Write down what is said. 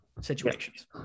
situations